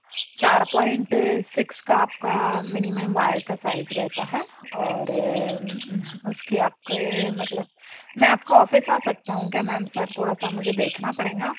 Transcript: चार point six का आपका मिनिमम वायर का साइज़ रहता है और उसके आपके मतलब मैं आपके ऑफिस आ सकता हूँ क्या मैम सर थोड़ा सा मुझे देखना पड़ेगा